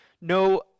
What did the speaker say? No